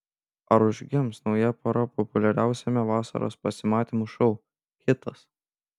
ar užgims nauja pora populiariausiame vasaros pasimatymų šou kitas